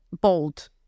bold